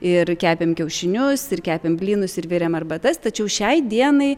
ir kepėm kiaušinius ir kepėm blynus ir virėm arbatas tačiau šiai dienai